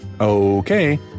Okay